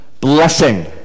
Blessing